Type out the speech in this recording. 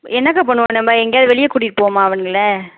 என்னக்கா பண்ணுவோம் நம்ம எங்கேயாவது வெளியே கூட்டிட்டு போவோமா அவனுங்களை